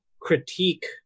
critique